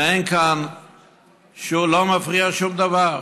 ולא מפריע שום דבר.